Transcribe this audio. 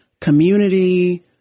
community